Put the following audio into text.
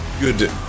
good